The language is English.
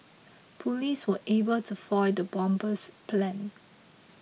police were able to foil the bomber's plans